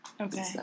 Okay